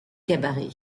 cabaret